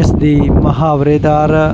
ਇਸ ਦੀ ਮੁਹਾਵਰੇਦਾਰ